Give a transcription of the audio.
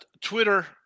Twitter